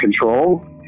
control